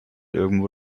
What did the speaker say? irgendwo